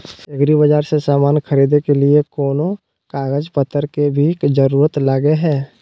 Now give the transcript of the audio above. एग्रीबाजार से समान खरीदे के लिए कोनो कागज पतर के भी जरूरत लगो है?